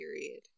period